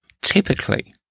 Typically